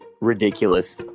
ridiculous